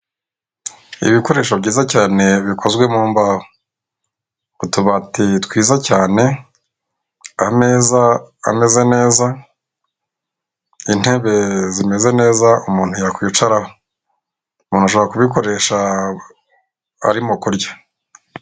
Ibikoresho byiza cyane bikozwe mu mbaho utubati twiza cyane ameza ameze neza intebe zimeze neza umuntu yakwicaraho, umuntu ushaka guzikoresha arimo kurya.